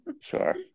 Sure